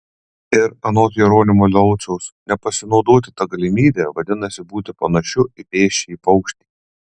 ir anot jeronimo lauciaus nepasinaudoti ta galimybe vadinasi būti panašiu į pėsčiąjį paukštį